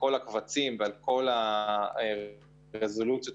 לכל הרזולוציות,